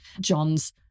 John's